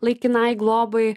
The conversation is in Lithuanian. laikinai globai